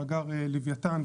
מאגר לוויתן,